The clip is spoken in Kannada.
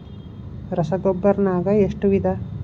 ರಸಗೊಬ್ಬರ ನಾಗ್ ಎಷ್ಟು ವಿಧ?